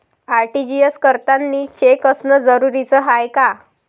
RTGS करतांनी cheque असनं जरुरीच हाय का?